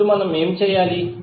ఇప్పుడు మనం ఏమి చేయాలి